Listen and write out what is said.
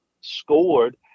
scored